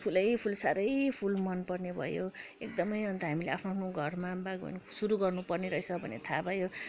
फुलै फुल साह्रै फुल मन पर्ने भयो एकदमै अन्त हामीले आफ्नो आफ्नो घरमा बागवानी सुरु गर्नु पर्ने रहेछ भन्ने थाहा भयो